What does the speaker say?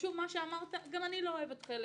גם אני לא אוהבת חלק